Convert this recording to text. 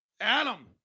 Adam